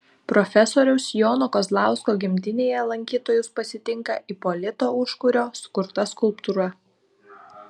profesoriaus jono kazlausko gimtinėje lankytojus pasitinka ipolito užkurio sukurta skulptūra